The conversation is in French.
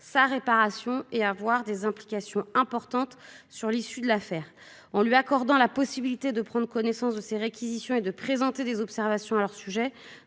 sa réparation et avoir des implications importantes sur l'issue de l'affaire. En lui accordant la possibilité de prendre connaissance de ces réquisitions et de présenter des observations à leur sujet,